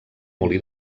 molí